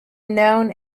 known